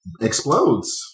explodes